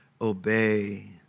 obey